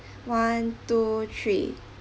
one two three